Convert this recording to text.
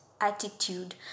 attitude